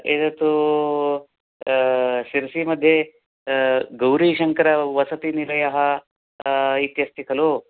ए तु सिर्सिमध्ये गौरीशङ्करवसतिनिलयः इत्यस्ति खलु